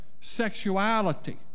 sexuality